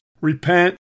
repent